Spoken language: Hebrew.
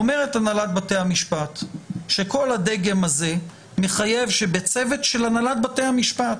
אומרת הנהלת בתי המשפט שכל הדגם הזה מחייב שבצוות של הנהלת בתי המשפט